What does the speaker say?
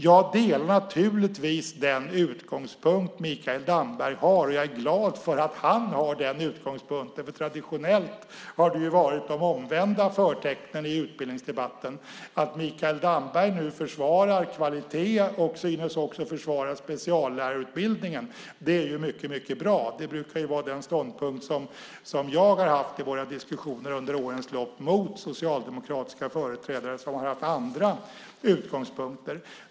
Jag delar naturligtvis Mikael Dambergs utgångspunkt, och jag är glad för att han har den utgångspunkten, för traditionellt har det varit de omvända förtecknen i utbildningsdebatten. Att Mikael Damberg nu försvarar kvalitet och även synes försvara speciallärarutbildningen är mycket, mycket bra. Det är den ståndpunkt jag brukar ha haft i våra diskussioner under årens lopp, men där socialdemokratiska företrädare har haft andra utgångspunkter.